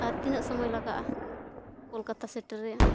ᱟᱨ ᱛᱤᱱᱟᱹᱜ ᱥᱚᱢᱚᱭ ᱞᱟᱜᱟᱜᱼᱟ ᱠᱳᱞᱠᱟᱛᱟ ᱥᱮᱴᱮᱨ ᱨᱮᱱᱟᱜ